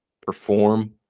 perform